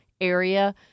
area